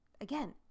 Again